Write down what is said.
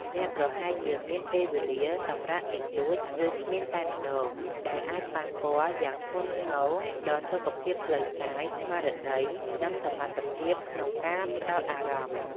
អ្នកប្រហែលជាមានពេលវេលាសម្រាកតិចតួច ឬគ្មានតែម្តង ដែលអាចប៉ះពាល់យ៉ាងធ្ងន់ធ្ងរដល់សុខភាពផ្លូវកាយ ស្មារតី និងសមត្ថភាពក្នុងការផ្តោតអារម្មណ៍។